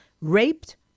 raped